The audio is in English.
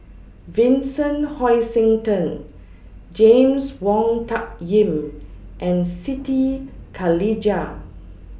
Vincent Hoisington James Wong Tuck Yim and Siti Khalijah